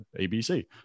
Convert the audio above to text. ABC